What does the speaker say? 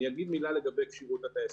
ואני אגיד מילה לגבי כשירות הטייסים.